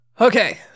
Okay